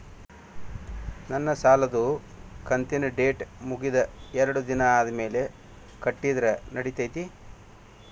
ನನ್ನ ಸಾಲದು ಕಂತಿನ ಡೇಟ್ ಮುಗಿದ ಎರಡು ದಿನ ಆದ್ಮೇಲೆ ಕಟ್ಟಿದರ ನಡಿತೈತಿ?